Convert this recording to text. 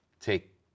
take